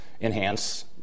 enhance